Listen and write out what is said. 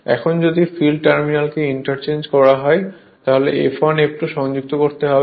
এখন যদি ফিল্ড টার্মিনালকে ইন্টারচেঞ্জ করতে হয় তাহলে এখানে F1 F2 সংযুক্ত করতে হবে